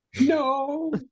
No